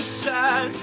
sad